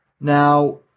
Now